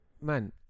man